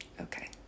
okay